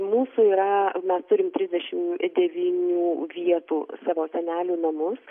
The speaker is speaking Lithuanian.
mūsų yra turim trisdešim devynių vietų savo senelių namus